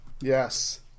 yes